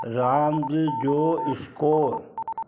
रांदि जो स्कोर